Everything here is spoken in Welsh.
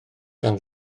gan